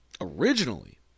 Originally